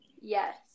Yes